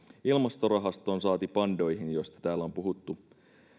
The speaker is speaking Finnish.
ilmastorahastoon saati pandoihin joista täällä on puhuttu